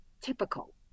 typical